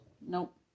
Nope